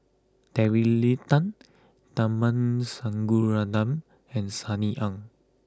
Terry Tan Tharman Shanmugaratnam and Sunny Ang